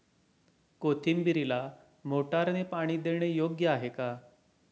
कोथिंबीरीला मोटारने पाणी देणे योग्य आहे का?